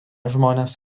žmonės